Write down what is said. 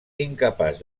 incapaç